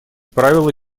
правила